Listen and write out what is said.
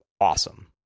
awesome